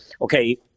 okay